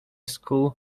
school